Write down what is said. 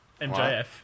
MJF